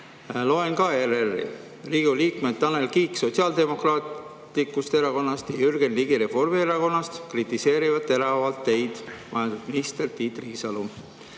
Loen ka ERR-i. Riigikogu liikmed Tanel Kiik Sotsiaaldemokraatlikust Erakonnast ja Jürgen Ligi Reformierakonnast kritiseerivad teravalt teid, majandusminister Tiit Riisalo,